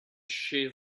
she